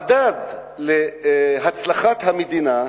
המדד להצלחת המדינה,